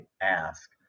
ask